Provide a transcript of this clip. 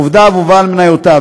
עובדיו ובעלי מניותיו.